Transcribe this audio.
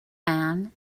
anne